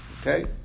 okay